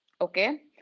okay